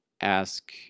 ask